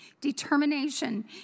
determination